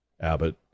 Abbott